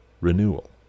renewal